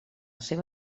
seva